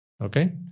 okay